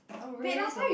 wait last time you